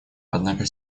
однако